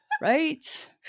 right